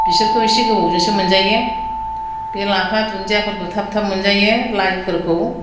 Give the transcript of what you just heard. बिसोरखौ इसे गोबावजोंसो मोनजायो बे लाफा दुन्दियाफोरखौ थाब थाब मोनजायो लायफोरखौ